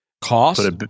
cost